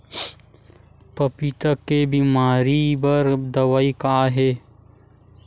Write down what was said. पपीता के बीमारी बर दवाई का हे?